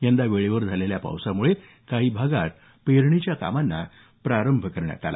यंदा वेळेवर झालेल्या पावसामुळे काही भागात पेरणीच्या कामांना प्रारंभ करण्यात आला